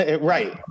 right